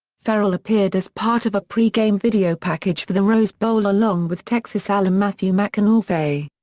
ferrell appeared as part of a pre-game video package for the rose bowl along with texas alum matthew mcconaughey.